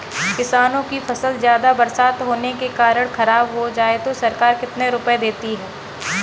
किसानों की फसल ज्यादा बरसात होने के कारण खराब हो जाए तो सरकार कितने रुपये देती है?